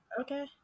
Okay